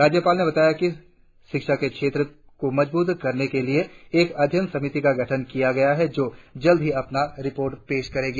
राज्यपाल ने बताया कि शिक्षा के क्षेत्र को मजबूत करने के लिए उन्होंने एक अध्ययन समिति का गठन किया है जो जल्द ही अपना रिपोर्ट पेश करेगी